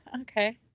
Okay